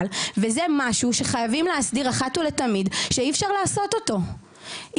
וזה משהו שחייבים להסדיר אותו אחת ולתמיד ושאי אפשר יותר לעשות אותו,